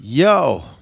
Yo